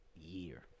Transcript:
year